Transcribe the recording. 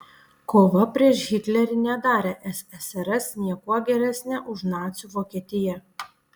kova prieš hitlerį nedarė ssrs niekuo geresne už nacių vokietiją